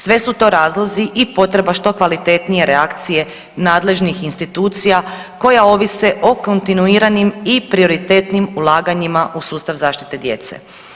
Sve su to razlozi i potreba što kvalitetnije reakcije nadležnih institucija koja ovise o kontinuiranim i prioritetnim ulaganjima u sustav zaštite djece.